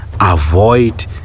avoid